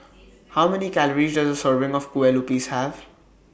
How Many Calories Does A Serving of Kueh Lupis Have